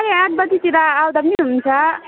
साढे आठ बजेतिर आउँदा पनि हुन्छ